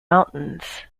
mountains